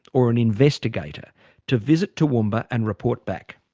or an investigator to visit toowoomba and report back.